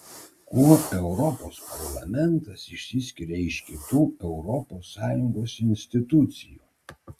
kuo europos parlamentas išsiskiria iš kitų europos sąjungos institucijų